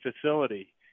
facility